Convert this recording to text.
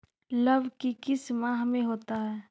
लव की किस माह में होता है?